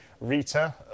Rita